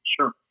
Sure